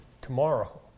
tomorrow